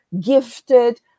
gifted